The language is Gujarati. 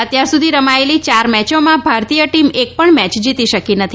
અત્યારસુધી રમાયેલી ચાર મેચોમાં ભારતીય ટીમ એકપણ મેચ જીતી શકી નથી